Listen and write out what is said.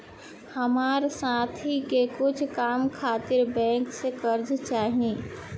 हमार साथी के कुछ काम खातिर बैंक से कर्जा चाही